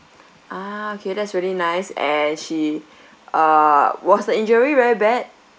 ah okay that's really nice and she uh was the injury very bad